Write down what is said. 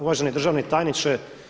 Uvaženi državni tajniče.